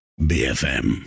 BFM